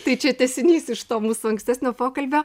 tai čia tęsinys iš to mūsų ankstesnio pokalbio